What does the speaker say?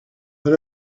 but